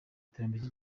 iterambere